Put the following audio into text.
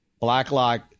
Blacklock